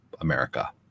America